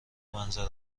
منظره